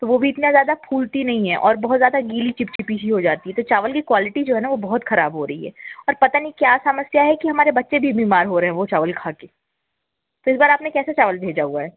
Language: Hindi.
तो वो भी इतना ज़्यादा फूलती नहीं है और बहुत ज़्यादा गीली चिपचिपी सी हो जाती है तो चावल की क्वॉलिटी जो है ना वह बहुत ख़राब हो रही है और पता नहीं क्या समस्या है कि हमारे बच्चें भी बीमार हो रहें हैं वह चावल खा कर इस बार आपने कैसे चावल भेजा हुआ है